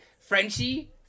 Frenchie